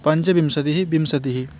पञ्चविंशतिः विंशतिः